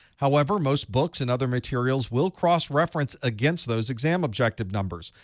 however, most books and other materials will cross-reference against those exam objective numbers.